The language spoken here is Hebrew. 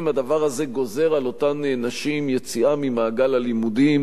הדבר הזה גוזר על אותן נשים יציאה ממעגל הלימודים,